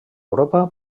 europa